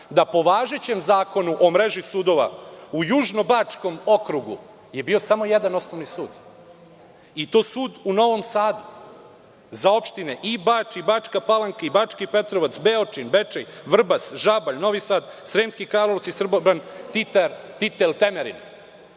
da po važećem Zakonu o mreži sudova u Južno Bačkom okrugu je bio samo jedan osnovni sud i to sud u Novom Sadu za opštine i Bač i Bačka Palanka i Bački Petrovac, Beočin, Bečej, Vrbas, Žabalj, Novi Sad, Sremski Karlovci, Srbobran, Titel, Temerin.